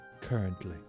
currently